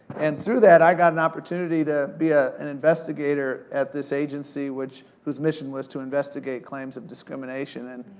and through that, i got an opportunity to be ah an investigator at this agency. which, who's mission was to investigate claims of discrimination. and